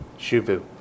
Shuvu